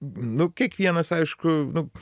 nu kiekvienas aišku nu